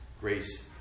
Grace